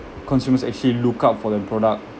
consumers actually look out for the product